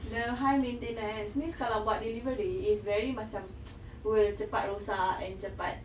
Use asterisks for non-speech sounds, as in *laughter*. the high maintenance mean kalau buat delivery is very macam *noise* will cepat rosak and cepat